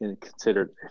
considered